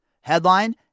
Headline